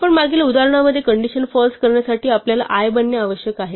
आपल्या मागील उदाहरणामध्ये कंडिशन फाल्स करण्यासाठी आपल्याला i बनणे आवश्यक आहे